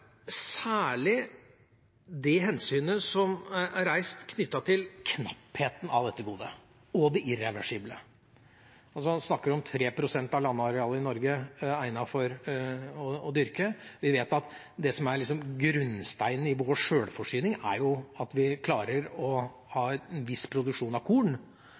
hensynet som er reist knyttet til knappheten av dette godet, og det irreversible. Man snakker om at 3 pst. av landarealet i Norge er egnet til å dyrkes. Vi vet at det som er grunnsteinen i vår sjølforsyning, er at vi klarer å ha en viss produksjon av